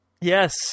Yes